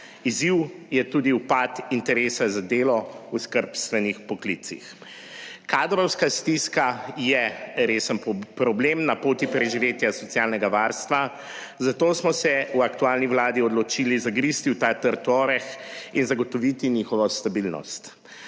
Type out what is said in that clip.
Izziv je tudi upad interesa za delo v skrbstvenih poklicih. Kadrovska stiska je resen problem na poti preživetja socialnega varstva, zato smo se v aktualni vladi odločili zagristi v ta trd oreh in zagotoviti njihovo stabilnost.